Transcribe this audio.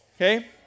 Okay